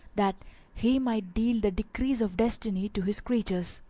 that he might deal the decrees of destiny to his creatures.